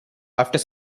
after